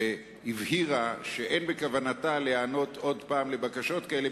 והבהירה שאין בכוונתה להיענות עוד פעם לבקשות כאלה,